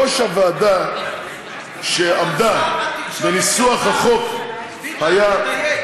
בראש הוועדה שעסקה בניסוח החוק היה,